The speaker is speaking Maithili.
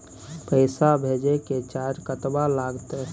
पैसा भेजय के चार्ज कतबा लागते?